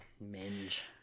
Minge